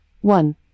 one